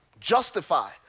justify